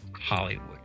Hollywood